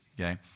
Okay